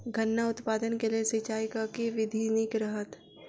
गन्ना उत्पादन केँ लेल सिंचाईक केँ विधि नीक रहत?